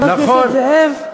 חבר הכנסת זאב.